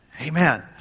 Amen